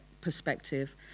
perspective